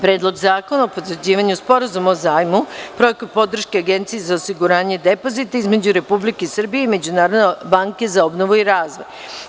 Predlog zakona o potvrđivanju Sporazuma o zajmu (Projekat podrške Agenciji za osiguranje depozita) između Republike Srbije i Međunarodne banke za obnovu i razvoj; 24.